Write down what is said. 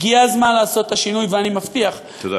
הגיע הזמן לעשות את השינוי, ואני מבטיח, תודה.